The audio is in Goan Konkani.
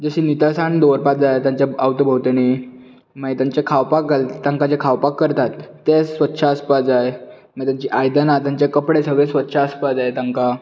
जशी नितळसाण दवरपाक जाय तांच्या अवती भोंवतणी मागीर तांचे खावपाक घालता तांकां जे खावपाक करतात ते स्वच्छ आसपाक जाय मागीर तांची आयदनां तांचे कपडे सगळें स्वछच आसपाक जाय तांकां